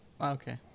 Okay